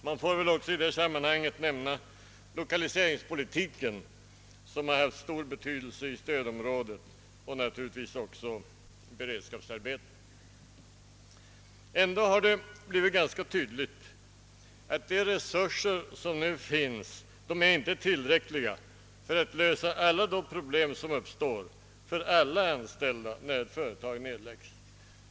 Man bör väl i det sammanhanget också nämna lokaliseringspolitiken som haft stor betydelse i stödområdet och naturligtvis också beredskapsarbetena. Ändå står det klart att de resurser som nu finns inte är tillräckliga för att lösa de problem som uppkommer för alla som friställs när företag nedläggs.